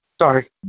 Sorry